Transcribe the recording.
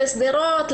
לשדרות,